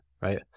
right